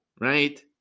right